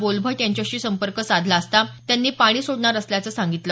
भोलभट यांच्याशी संपर्क साधला असता त्यांनी पाणी सोडणार असल्याचं सांगितलं